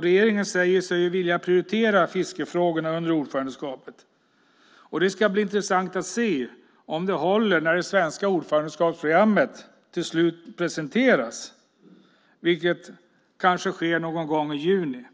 Regeringen säger sig vilja prioritera fiskefrågorna under ordförandeskapet. Det ska bli intressant att se om det håller när det svenska ordförandeskapsprogrammet till slut presenteras, vilket kanske sker någon gång i juni.